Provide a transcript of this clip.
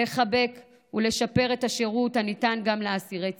לחבק ולשפר את השירות הניתן גם לאסירי ציון.